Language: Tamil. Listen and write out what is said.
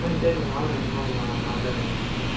ஆ சரிண்ணே வாங்கண்ணே வாங்கண்ணே வாங்கண்ணே நான் வந்துடுறேண்ணே சரி